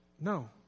No